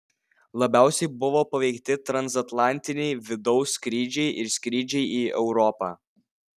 labiausiai buvo paveikti transatlantiniai vidaus skrydžiai ir skrydžiai į europą